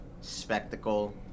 spectacle